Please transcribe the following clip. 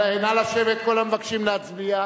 כל המבקשים להצביע,